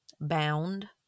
bound